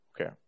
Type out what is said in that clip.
Okay